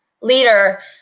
leader